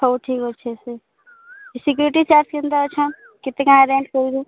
ହଉ ଠିକ୍ ଅଛି ସେ ସିକ୍ୟୁରିଟି ଚାର୍ଜ କେନ୍ତା ଅଛନ୍ କେନ୍ତା କାଁ ରେଟ୍ କହୁଁଛ